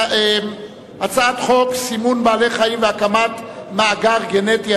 הצעת חוק סימון בקר והקמת מאגר גנטי,